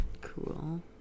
cool